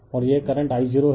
और यह current I0 है